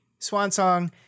Swansong